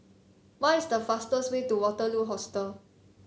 what is the fastest way to Waterloo Hostel